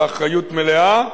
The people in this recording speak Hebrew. באחריות מלאה.